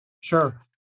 sure